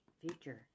future